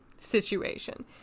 situation